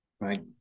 Right